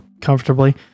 comfortably